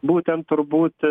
būtent turbūt